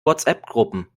whatsappgruppen